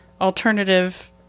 alternative